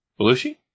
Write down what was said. Belushi